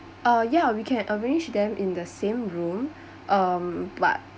oh yeah we can arrange them in the same room um but